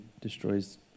destroys